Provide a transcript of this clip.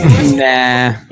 Nah